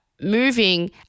moving